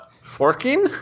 Forking